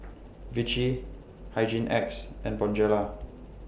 Vichy Hygin X and Bonjela